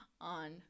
on